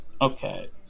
Okay